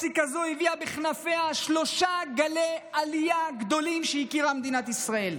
פסיקה זו הביאה בכנפיה שלושה גלי עלייה גדולים שהכירה מדינת ישראל.